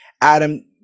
adam